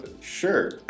Sure